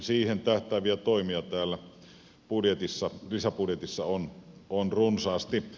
siihen tähtääviä toimia täällä lisäbudjetissa on runsaasti